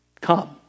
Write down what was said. come